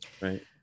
Right